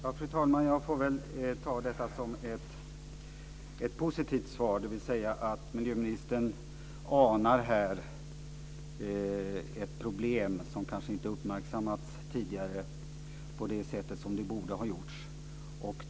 Fru talman! Jag får ta detta som ett positivt svar. Miljöministern anar här ett problem som kanske inte uppmärksammats tidigare på det sätt som man borde ha gjort.